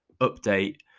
update